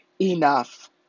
enough